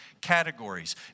categories